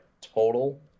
total